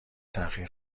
تأخیر